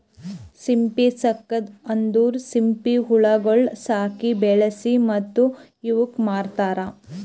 ಸಿಂಪಿ ಸಾಕದ್ ಅಂದುರ್ ಸಿಂಪಿ ಹುಳಗೊಳ್ ಸಾಕಿ, ಬೆಳಿಸಿ ಮತ್ತ ಇವುಕ್ ಮಾರ್ತಾರ್